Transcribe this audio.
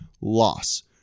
Loss